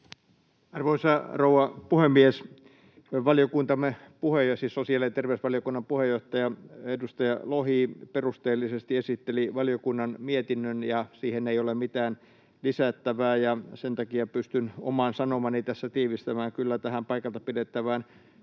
Arvoisa rouva puhemies! Valiokuntamme, siis sosiaali- ja terveysvaliokunnan, puheenjohtaja edustaja Lohi perusteellisesti esitteli valiokunnan mietinnön, ja siihen ei ole mitään lisättävää. Sen takia pystyn oman sanomani tässä tiivistämään kyllä tähän paikalta pidettävään